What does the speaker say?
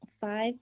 five